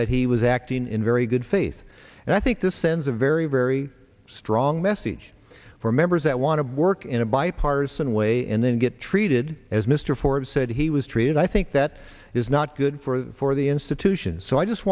that he was acting in very good faith and i think this sends a very very strong message for members that want to work in a bipartisan way and then get treated as mr forbes said he was treated i think that is not good for for the institution so i just